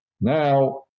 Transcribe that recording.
Now